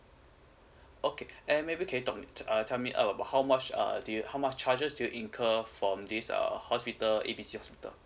okay and maybe can you talk me uh tell me about how much uh do you how much charges do you incur from um this err hospital A B C hospital